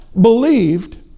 believed